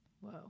whoa